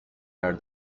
heard